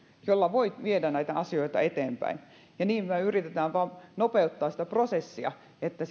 jolla voi viedä näitä asioita eteenpäin ja niin me yritämme vain nopeuttaa sitä prosessia että